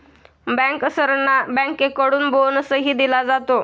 बँकर्सना बँकेकडून बोनसही दिला जातो